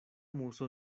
muso